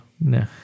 No